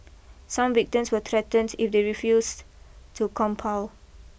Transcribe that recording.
some victims were threatened if they refused to compile